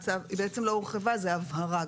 בעצם היא לא הורחבה אלא זאת הבהרה.